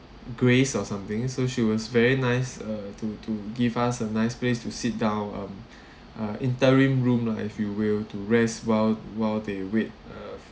grace or something so she was very nice uh to to give us a nice place to sit down um uh interim room lah if you will to rest while while they wait uh